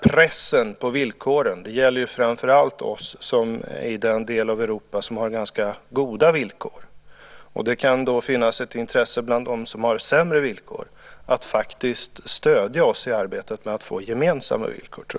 Pressen på villkoren gäller ju framför allt oss i den del av Europa som har ganska goda villkor, och jag tror att det kan finnas ett intresse bland dem som har sämre villkor att faktiskt stödja oss i arbetet för att få gemensamma villkor.